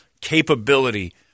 capability